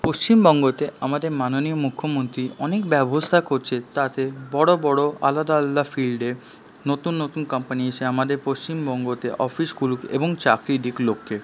পশ্চিমবঙ্গতে আমাদের মাননীয় মুখ্যমন্ত্রী অনেক ব্যবস্থা করছে তাতে বড় বড় আলাদা আলাদা ফিল্ডে নতুন নতুন কম্পানি এসে আমাদের পশ্চিমবঙ্গতে অফিস খুলুক এবং চাকরি দিক লোককে